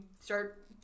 start